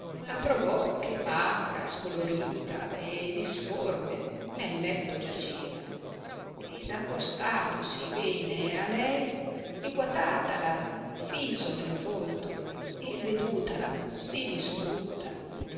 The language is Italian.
la trovò che macra scolorita e disforme nel letto giaceva ed accostatosi bene a lei e guatatala fiso nel volto e vedutala sì distrutta